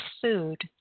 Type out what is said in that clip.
food